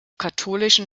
katholischen